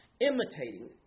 imitating